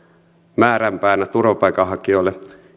määränpäänä turvapaikanhakijoille